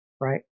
right